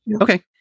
Okay